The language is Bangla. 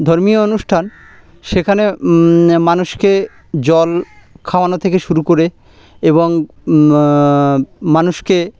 ধর্মীয় অনুষ্ঠান সেখানে মানুষকে জল খাওয়ানো থেকে শুরু করে এবং মানুষকে